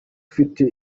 ufite